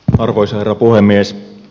arvoisa herra puhemies